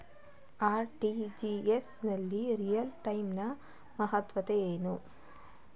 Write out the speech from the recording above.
RTGS ನಲ್ಲಿ real time ನ ಮಹತ್ವವೇನು?